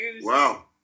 wow